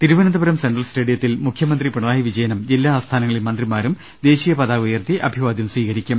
Thiruvananthapuram central സ്റ്റേഡിയത്തിൽ മുഖൃമന്ത്രി പിണറായി വിജയനും ജില്ലാ ആസ്ഥാനങ്ങളിൽ മന്ത്രി മാരും ദേശീയ പതാക ഉയർത്തി അഭിവാദ്യം സ്വീകരി ക്കും